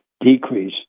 decrease